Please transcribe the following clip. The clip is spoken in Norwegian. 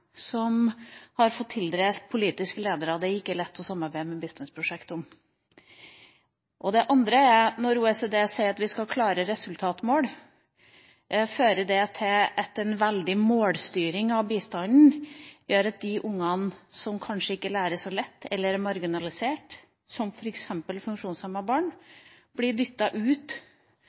som har fått tildelt politiske ledere det ikke er lett å samarbeide med om bistandsprosjekter? Det andre er: Når OECD sier at vi skal ha klare resultatmål, fører det til at en veldig målstyring av bistanden gjør at de ungene som kanskje ikke lærer så lett, eller er marginalisert, som f.eks. funksjonshemmede barn, blir dyttet ut